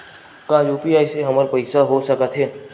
का यू.पी.आई से हमर पईसा हो सकत हे?